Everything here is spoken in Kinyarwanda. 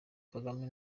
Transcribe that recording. kagame